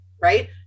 right